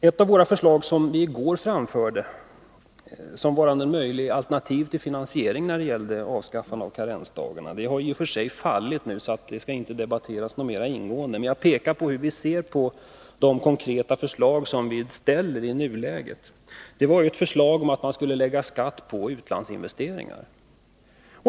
Ett av de förslag vi framförde i går som varande en möjlig alternativ finansiering när det gällde avskaffande av karensdagarna har i och för sig fallit nu och skall inte debatteras mera ingående, men jag vill påpeka hur vi ser på de konkreta förslag vi ställer i nuläget. Det gällde att lägga skatt på utlandsinvesteringar.